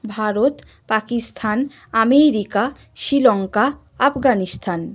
Bharat Pakistan America Sri Lanka Afghanistan